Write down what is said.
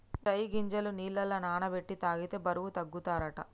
చై గింజలు నీళ్లల నాన బెట్టి తాగితే బరువు తగ్గుతారట